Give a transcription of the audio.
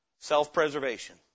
Self-preservation